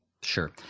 Sure